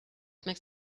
makes